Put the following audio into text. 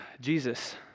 Jesus